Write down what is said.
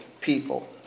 people